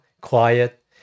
quiet